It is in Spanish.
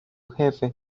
jefe